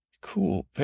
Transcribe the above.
Cool